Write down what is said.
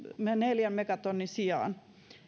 neljän megatonnin sijaan